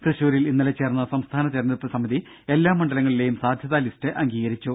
തൃശൂരിൽ ഇന്നലെ ചേർന്ന സംസ്ഥാന തെരഞ്ഞെടുപ്പ് സമിതി എല്ലാ മണ്ഡലങ്ങളിലെയും സാധ്യാത ലിസ്റ്റ് അംഗീകരിച്ചു